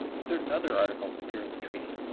certain other articles appear in the treaty,